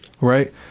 Right